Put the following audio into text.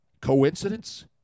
Coincidence